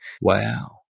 wow